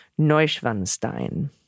Neuschwanstein